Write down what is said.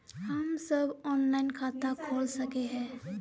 हम सब ऑनलाइन खाता खोल सके है?